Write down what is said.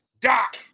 Doc